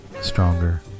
stronger